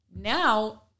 now